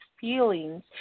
feelings